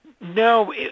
No